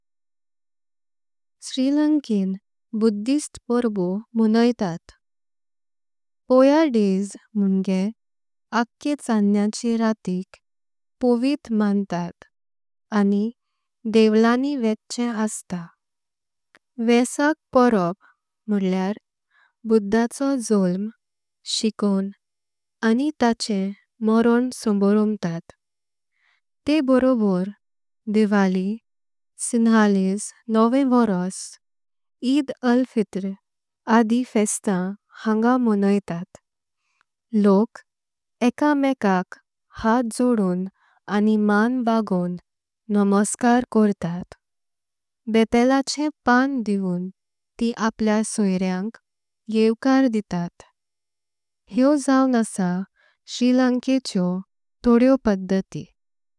श्रीलंकन बौद्ध पर्वो मोनोइतात पया दिवस म्होंगे आखे। चन्नेआचे रातिक पवित्र मंड़तात आनी देवळांनी वेचे अस्तात। वेसाक परब म्होळ्ल्यार बुद्धाचो जोड्म शिकव्हों आनी। ताचे मरण सोमारोम्बटात ते बरोबर दिवाळी सिंहलेसी। नोवे वोरस ईद अल फितर आदी फेस्टाम हांगा मोनोइतात। लोक एका मेकाक हात जोडून आनी मान बगाऊन नमस्कार। कोर्तात बेतलाचें पान्न दिवून ती आपल्या सोयीरांक येवकार। कितात हेओ जाउन आसा श्रीलंकेच्यो तोडेओ पद्धती।